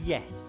Yes